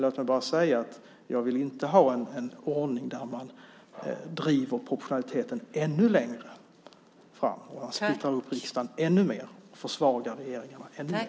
Låt mig bara säga att jag inte vill ha en ordning där man driver proportionaliteten ännu längre, splittrar upp riksdagen ännu mer och försvagar regeringarna ännu mer.